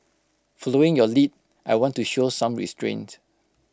following your lead I want to show some restraint